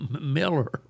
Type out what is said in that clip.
Miller